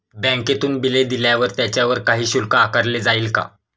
बँकेतून बिले दिल्यावर त्याच्यावर काही शुल्क आकारले जाईल का?